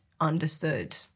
understood